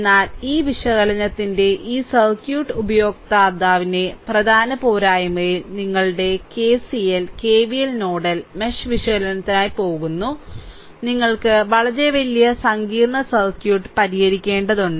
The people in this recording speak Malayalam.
എന്നാൽ ഈ വിശകലനത്തിന്റെ ഈ സർക്യൂട്ട് ഉപയോക്താവിന്റെ പ്രധാന പോരായ്മയിൽ നിങ്ങളുടെ കെസിഎൽ കെവിഎൽ നോഡൽ മെഷ് വിശകലനത്തിനായി പോകുന്നു നിങ്ങൾക്ക് വളരെ വലിയ സങ്കീർണ്ണ സർക്യൂട്ട് പരിഹരിക്കേണ്ടതുണ്ട്